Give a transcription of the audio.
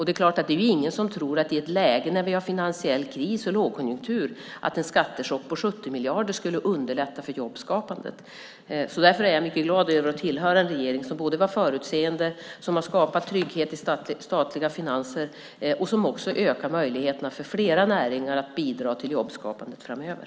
Det är ingen som tror att i ett läge med finansiell kris och lågkonjunktur skulle en skattechock på 70 miljarder underlätta för jobbskapandet. Därför är jag mycket glad över att tillhöra en regering som har varit förutseende och skapat trygghet i statliga finanser och som också ökar möjligheterna för flera näringar att bidra till jobbskapandet framöver.